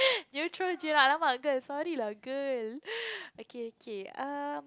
Neutrogena !alamak! girl sorry lah girl okay okay um